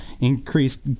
increased